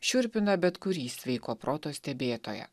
šiurpina bet kurį sveiko proto stebėtoją